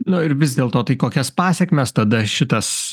nu ir vis dėlto tai kokias pasekmes tada šitas